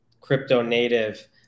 crypto-native